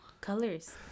colors